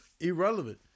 irrelevant